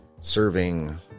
serving